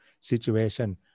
situation